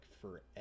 forever